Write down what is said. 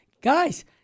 guys